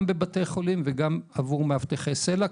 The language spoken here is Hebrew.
גם בבתי חולים וגם עבור מאבטחי סל"ע,